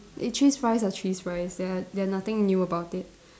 is cheese fries are cheese fries there are there are nothing new about it